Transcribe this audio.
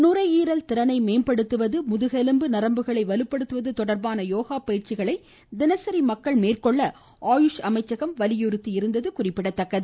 நுரையீரல் திறனை மேம்படுத்துவது முதுகெலும்பு நரம்புகளை வலுப்படுத்துவது தொடர்பான யோகா பயிற்சிகளை தினசரி மக்கள் மேற்கொள்ள ஆயுஷ் அமைச்சகம் அறிவுறுத்தியிருந்தது குறிப்பிடத்தக்கது